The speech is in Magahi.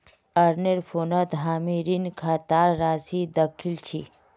अरनेर फोनत हामी ऋण खातार राशि दखिल छि